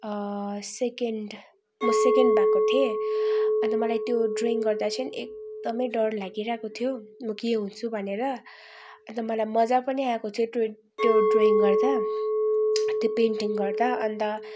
second म second भएको थिएँ अन्त मलाई त्यो ड्रयिङ गर्दा चाहिँ एकदम डर लागिरहेको थियो म के हुन्छु भनेर अन्त मलाई मजा पनि आएको थियो त्यो ड्रयिङ गर्दा त्यो पेन्टिङ गर्दा अन्त